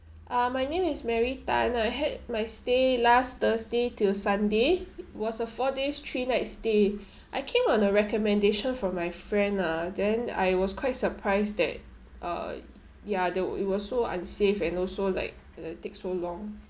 uh my name is mary tan I had my stay last thursday till sunday was a four days three nights stay I came on a recommendation from my friend lah then I was quite surprised that uh ya they we~ it was so unsafe and also like uh take so long